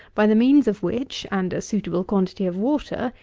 by the means of which, and a suitable quantity of water,